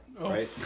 right